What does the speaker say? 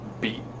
beat